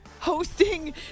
hosting